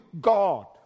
God